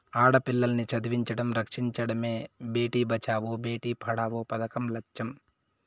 ఆడపిల్లల్ని చదివించడం, రక్షించడమే భేటీ బచావో బేటీ పడావో పదకం లచ్చెం